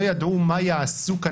לא ידעו מה יעשו כאן,